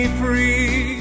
free